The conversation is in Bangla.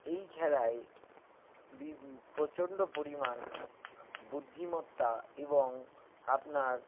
এই খেলায় বি প্রচণ্ড পরিমাণ বুদ্ধিমত্তা এবং আপনার